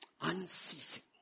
unceasing